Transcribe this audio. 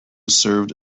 served